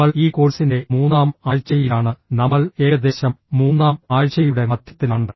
നമ്മൾ ഈ കോഴ്സിന്റെ മൂന്നാം ആഴ്ചയിലാണ് നമ്മൾ ഏകദേശം മൂന്നാം ആഴ്ചയുടെ മധ്യത്തിലാണ്